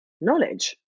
knowledge